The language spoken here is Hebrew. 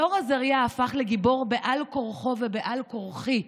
אלאור עזריה הפך לגיבור בעל כורחו ובעל כורחי,